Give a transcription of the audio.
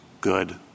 good